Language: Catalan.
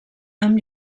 amb